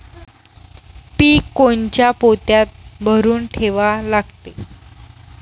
पीक कोनच्या पोत्यात भरून ठेवा लागते?